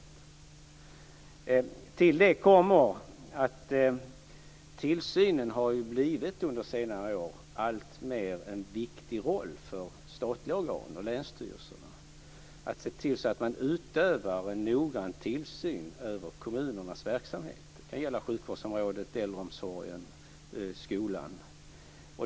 I tillägg kommer att tillsynen under senare år alltmer börjat spela en viktig roll för statliga organ och länsstyrelserna. De har att se till att man utövar en noggrann tillsyn över kommunernas verksamhet. Det kan gälla sjukvårdsområdet, äldreomsorgen, skolan.